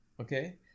okay